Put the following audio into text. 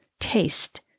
taste